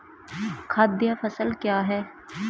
खाद्य फसल क्या है?